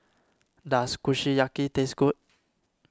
does Kushiyaki taste good